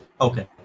Okay